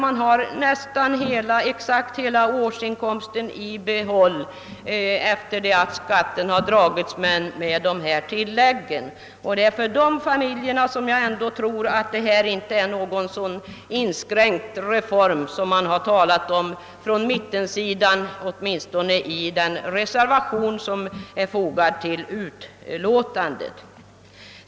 Man har alltså nästan hela årsinkomsten i behåll efter det att skatten dragits och dessa tillägg utgått. Det är för dessa familjer jag tror att detta ändå inte ter sig som en så inskränkt reform som man hävdar från mittenpartihåll i den reservation som är fogad till utlåtandet.